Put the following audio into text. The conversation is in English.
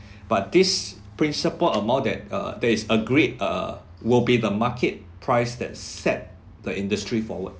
but this principal amount that uh that is a grade err will be the market price that set the industry forward